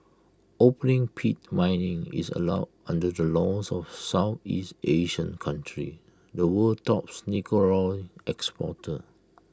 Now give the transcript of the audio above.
opening pit mining is allowed under the laws of Southeast Asian country the world's tops nickel ore exporter